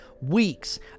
weeks